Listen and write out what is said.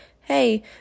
hey